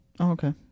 okay